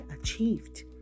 achieved